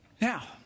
Now